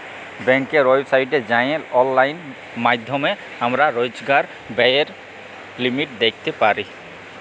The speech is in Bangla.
ব্যাংকের ওয়েবসাইটে যাঁয়ে অললাইল মাইধ্যমে আমরা রইজকার ব্যায়ের লিমিট দ্যাইখতে পারি